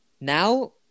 now